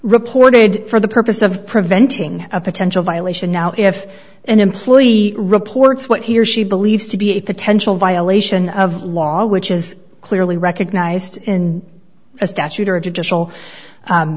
reported for the purpose of preventing a potential violation now if an employee reports what he or she believes to be a potential violation of law which is clearly recognized in a statute or